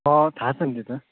अँ थाह छ नि त्यो त